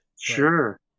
Sure